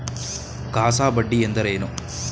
CASA ಬಡ್ಡಿ ಎಂದರೇನು?